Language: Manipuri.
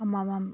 ꯑꯃꯃꯝ